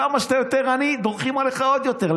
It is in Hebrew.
כמה שאתה יותר עני דורכים עליך עוד יותר.